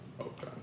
Okay